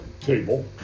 table